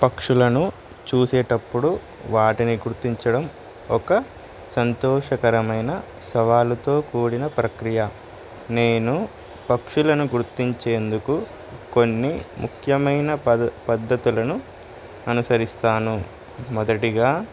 పక్షులను చూసేటప్పుడు వాటిని గుర్తించడం ఒక సంతోషకరమైన సవాలుతో కూడిన ప్రక్రియ నేను పక్షులను గుర్తించేందుకు కొన్ని ముఖ్యమైన పద్ధతులను అనుసరిస్తాను మొదటిగా